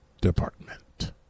Department